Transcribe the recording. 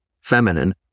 feminine